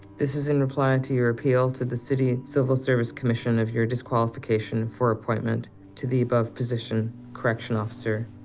this is in reply to your appeal to the city civil service commission of your disqualification for appointment to the above position, correction officer,